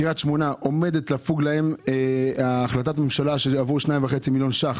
קריית שמונה עומדת לפוג לה החלטת ממשלה עבר 2.5 מיליון שקלים